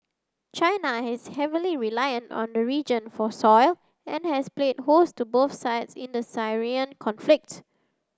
China is heavily reliant on the region for soil and has played host to both sides in the Syrian conflict